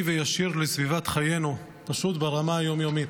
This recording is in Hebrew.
וישיר לסביבת חיינו פשוט ברמה היום-יומית.